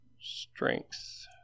strength